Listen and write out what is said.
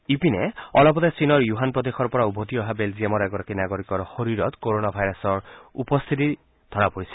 ইপিনে অলপতে চীনৰ য়ুহান প্ৰদেশৰ পৰা উভতি অহা বেলজিয়ামৰ এগৰাকী নাগৰিকৰ শৰীৰত ক'ৰণা ভাইৰাছৰ উপস্থিতি ধৰা পৰিছে